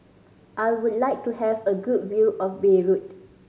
I would like to have a good view of Beirut